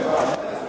Hvala vam